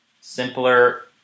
simpler